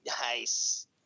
nice